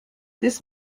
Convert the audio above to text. this